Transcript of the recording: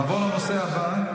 נעבור לנושא הבא,